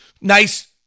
Nice